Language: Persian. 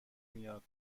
میاد